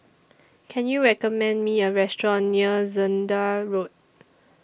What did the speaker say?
Can YOU recommend Me A Restaurant near Zehnder Road